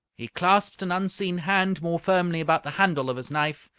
he clasped an unseen hand more firmly about the handle of his knife,